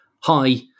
Hi